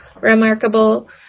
remarkable